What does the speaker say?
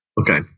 Okay